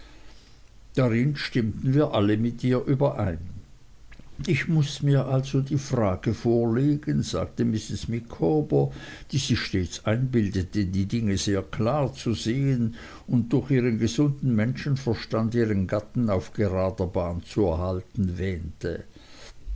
darin stimmten wir alle mit ihr überein ich muß mir also folgende frage vorlegen sagte mrs micawber die sich stets einbildete die dinge sehr klar zu sehen und durch ihren gesunden menschenverstand ihren gatten auf gerader bahn zu erhalten wähnte